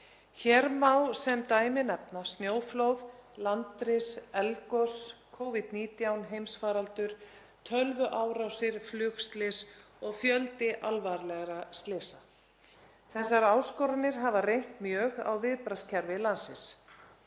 Hér má sem dæmi nefna snjóflóð, landris, eldgos, Covid-19 heimsfaraldur, tölvuárásir, flugslys og fjölda alvarlegra slysa. Þessar áskoranir hafa reynt mjög á viðbragðskerfi landsins.